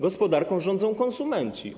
Gospodarką rządzą konsumenci.